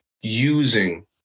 using